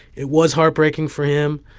it was heartbreaking for him.